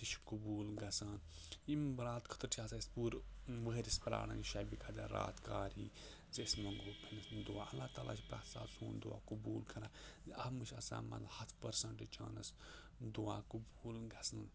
تہِ چھِ قبوٗل گژھان یِم رات خٲطرٕ چھِ آسان أسۍ پوٗرٕ ؤہرِس پرٛاران یہِ شَبہِ قدر رات کر یی زِ أسۍ منٛگو پنٛنِس دُعا اللہ تعالیٰ چھِ پرٛٮ۪تھ ساتہٕ سون دعا قبوٗل کَران اَتھ منٛز چھِ آسان ہَتھ پٔرسَنٹ چانَس دُعا قبوٗل گژھان